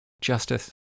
justice